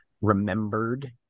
remembered